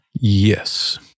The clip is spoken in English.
yes